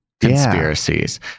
conspiracies